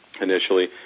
initially